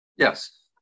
Yes